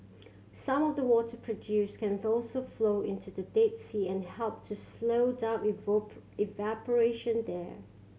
some of the water produced can also flow into the Dead Sea and help to slow down evaporation there